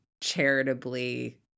charitably